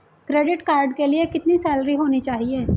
Credit card के लिए कितनी सैलरी होनी चाहिए?